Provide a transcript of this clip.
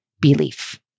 belief